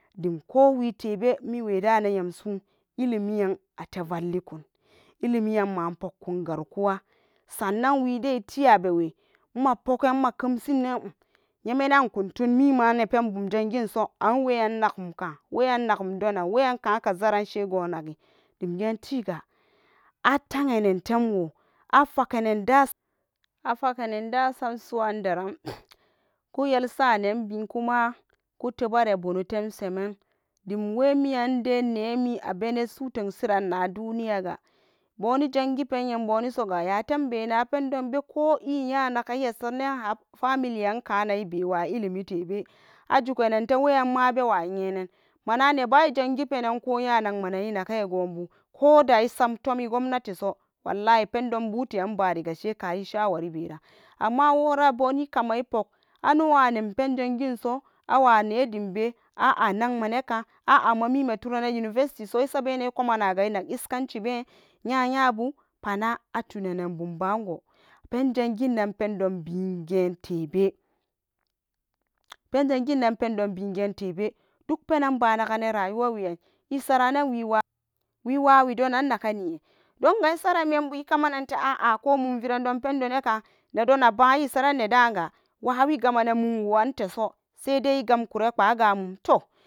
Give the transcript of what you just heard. Dimkowi tebe miweda iyamsu ilimiyan ate vallikun ilimi an mapoknon garkuwa sa'anan widan tiyabewwe mapogan makemsinan eh yeme nan ikan tu mimanebum jangin penso an weyan nakumka, weyan nakumdonan weyanka kaza ran shegonagi dimgitiga ata enan temwo afagenen dasam suran deran kuyelsanenbi kuma kutebari bonotem semen dem wemi an indai nemi abene su tensiran na duniyaga, boni jangipen yembonisoga yatembena pendon be ko iya nagen isarenen hap family an kanan iwa ilimi tebe ajuga nente weyanma abewa yenen mana neba, ijangi penan ko ya nagme nen inage gwobu koda isamtum i gwabnatiso wallahi pendonbu ta'an ibarigasheka ishawari beran, amma wora boni kama ipog ano anen pen janginso awa ne dimbe a'a nagmeneka a'a mamime turan a university so isabenen ikoma naga inag iskancibe ya yabu pana atunenen bumbago, penjanginnan pendonbinge tebe, ten janginan pendonbi getebe duk penan iba nagana rayuwa weran isaranan wiwawi donan nakaniye dongan insaran membu ikamanen te a'ako mumvirandon pendo neka nedona ba isaran nedaga wawi gamenan mumwowan teso, saidai igamkura kpa'a ga mum toh.